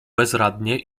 bezradnie